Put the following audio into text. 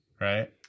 Right